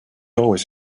always